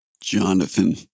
Jonathan